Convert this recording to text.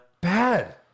bad